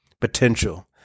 potential